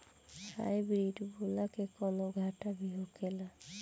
Hybrid बोला के कौनो घाटा भी होखेला?